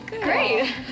Great